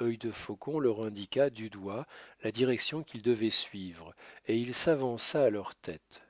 œil de faucon leur indiqua du doigt la direction qu'ils devaient suivre et il s'avança à leur tête